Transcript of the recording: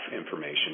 information